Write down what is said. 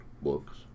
books